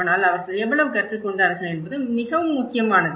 ஆனால் அவர்கள் எவ்வளவு கற்றுக்கொண்டார்கள் என்பது மிகவும் முக்கியமானது